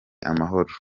amahoro